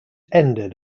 ended